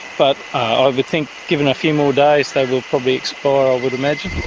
but ah i would think given a few more days they will probably expire, i would imagine.